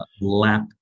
Lap